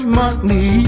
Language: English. money